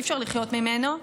שאי-אפשר לחיות ממנו,